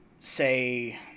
Say